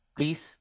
Please